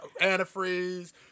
Antifreeze